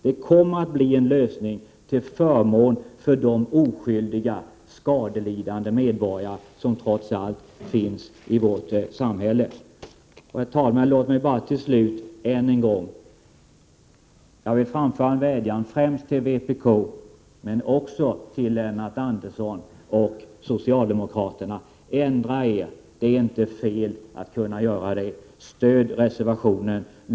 Det kommer att bli en lösning till förmån för de oskyldiga skadelidande medborgare som trots allt finns i vårt samhälle. Herr talman! Låt mig bara till slut än en gång framföra en vädjan främst till vpk men också till Lennart Andersson och socialdemokraterna: Ändra er! Det är inte fel att göra det. Stöd reservationen!